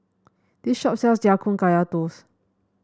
this shop sells Ya Kun Kaya Toast